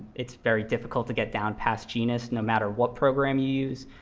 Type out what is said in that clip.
it's very difficult to get down past genus, no matter what program you use.